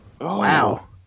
Wow